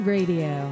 Radio